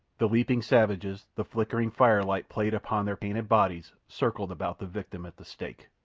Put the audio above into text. the leaping savages, the flickering firelight playing upon their painted bodies, circled about the victim at the stake.